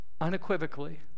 Unequivocally